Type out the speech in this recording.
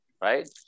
right